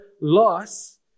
loss